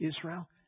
Israel